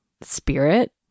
spirit